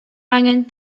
angen